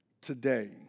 today